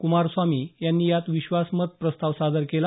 क्मारस्वामी यांनी यात विश्वासमत प्रस्ताव सादर केला